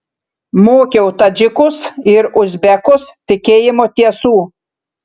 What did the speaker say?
mokiau tadžikus ir uzbekus tikėjimo tiesų